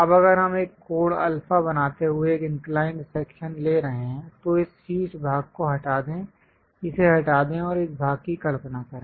अब अगर हम एक कोण अल्फा बनाते हुए एक इंक्लाइंड सेक्शन ले रहे हैं तो इस शीर्ष भाग को हटा दें इसे हटा दें और इस भाग की कल्पना करें